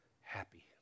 happy